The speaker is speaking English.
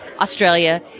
Australia